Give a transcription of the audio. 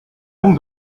donc